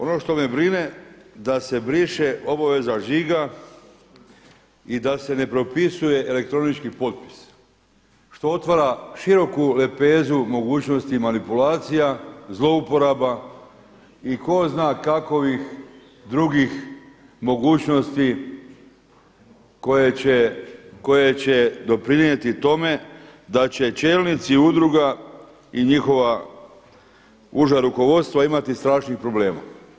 Ono što me brine da se briše obaveza žiga i da se ne potpisuje elektronički potpis što otvara široku lepezu mogućnosti manipulacija, zlouporaba i tko zna kakovih drugih mogućnosti koje će doprinijeti tome da će čelnici udruga i njihova uža rukovodstva imati strašnih problema.